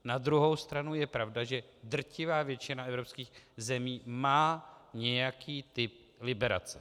Na druhou stranu je pravda, že drtivá většina evropských zemí má nějaký typ liberace.